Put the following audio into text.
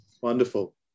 Wonderful